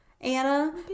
Anna